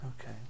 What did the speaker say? Okay